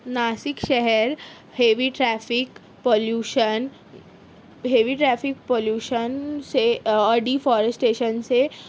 ناسک شہر heavy traffic pollution heavy traffic pollution سے deforestation سے